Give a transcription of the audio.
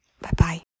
Bye-bye